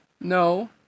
no